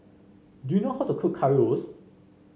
do you know how to cook Currywurst